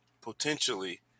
potentially